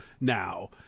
now